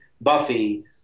Buffy